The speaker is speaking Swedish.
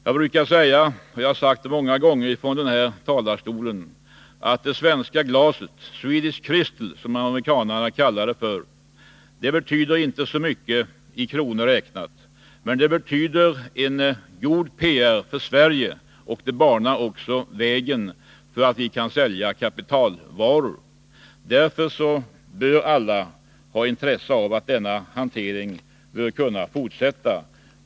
Jag brukar säga — och det har jag framhållit många gånger från denna talarstol — att det svenska glaset, som amerikanarna kallar Swedish crystal, inte innebär så mycket i kronor räknat, men att det betyder en god reklam för Sverige och att det banar vägen så att vi i Sverige kan sälja — exportera — kapitalvaror. Därför bör alla ha intresse av att denna hantering får fortsätta.